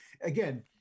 again